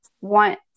want